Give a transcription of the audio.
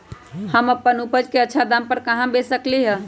हम अपन उपज अच्छा दाम पर कहाँ बेच सकीले ह?